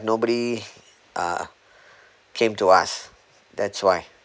nobody uh came to us that's why